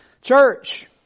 Church